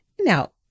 Now